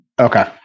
Okay